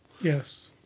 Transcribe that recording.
Yes